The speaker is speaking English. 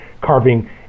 carving